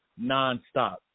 nonstop